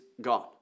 gone